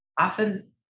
often